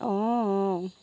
অঁ অঁ